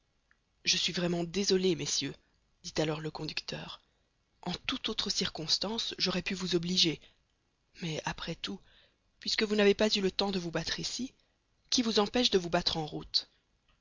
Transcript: je suis vraiment désolé messieurs dit alors le conducteur en toute autre circonstance j'aurai pu vous obliger mais après tout puisque vous n'avez pas eu le temps de vous battre ici qui vous empêche de vous battre en route